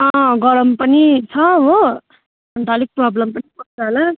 गरम पनि छ हो अन्त अलिक प्रब्लम पनि पर्छ होला